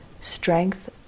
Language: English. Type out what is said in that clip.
strength